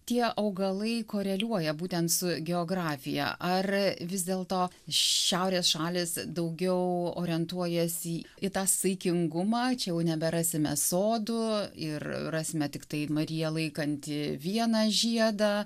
tie augalai koreliuoja būtent su geografija ar vis dėlto šiaurės šalys daugiau orientuojasi į tą saikingumą čia jau neberasime sodų ir rasime tiktai mariją laikantį vieną žiedą